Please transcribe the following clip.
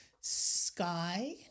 sky